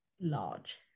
large